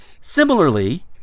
Similarly